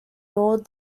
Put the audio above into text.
nor